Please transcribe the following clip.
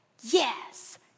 yes